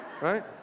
Right